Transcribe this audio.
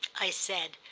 i said.